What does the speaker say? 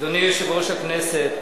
אדוני יושב-ראש הכנסת,